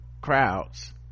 crowds